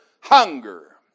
hunger